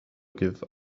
give